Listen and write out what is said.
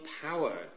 power